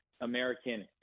American